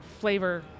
flavor